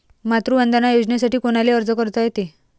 मातृवंदना योजनेसाठी कोनाले अर्ज करता येते?